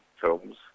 films